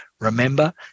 Remember